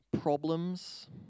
problems